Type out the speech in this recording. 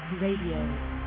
Radio